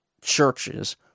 churches